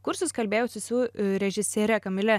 kursus kalbėjausi su režisiere kamile